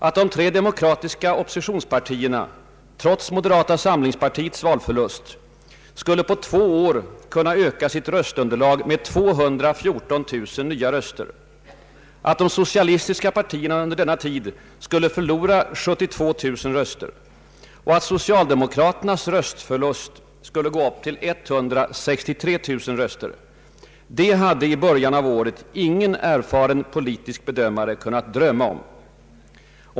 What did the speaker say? Att de tre demokratiska oppositionspartierna — trots moderata samlingspartiets valförlust — skulle på två år kunna öka sitt röstunderlag med 214 000 nya röster, att de socialistiska partierna under denna tid skulle förlora 72 000 röster och att socialdemokraternas röstförlust skulle gå upp till 163 000 röster, det hade i början av året ingen erfaren politisk bedömare kunnat drömma om.